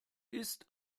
ist